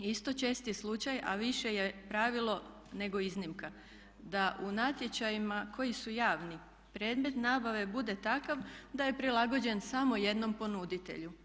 Isto česti slučaj, a više je pravilo nego iznimka, da u natječajima koji su javni predmet nabave bude takav da je prilagođen samo jednom ponuditelju.